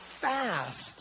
fast